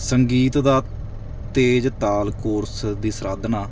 ਸੰਗੀਤ ਦਾ ਤੇਜ਼ ਤਾਲ ਕੋਰਸ ਦੀ ਸਾਧਨਾ